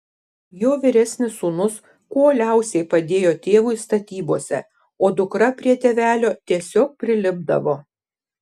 jo vyresnis sūnus kuo uoliausiai padėjo tėvui statybose o dukra prie tėvelio tiesiog prilipdavo